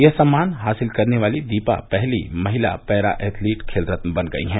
यह सम्मान हासिल करने वाली दीपा पहली महिला पैरा एथलीट खेल रत्न बन गई हैं